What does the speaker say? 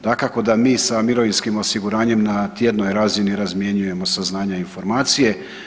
Dakako da mi sa Mirovinskim osiguranjem na tjednoj razini razmjenjujemo saznanja i informacije.